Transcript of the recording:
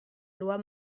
loi